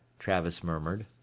travis murmured.